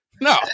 No